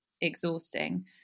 exhausting